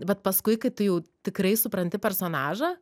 bet paskui kai tu jau tikrai supranti personažą